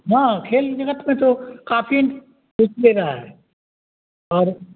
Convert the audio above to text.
हँ खेल जगत में तो काफी रिस्क ले रहा है और